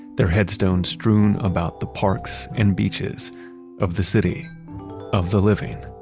their headstones strewn about the parks and beaches of the city of the living